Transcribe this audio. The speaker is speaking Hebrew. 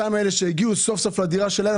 אותם אלה שהגיעו סוף-סוף לדירה שלהם,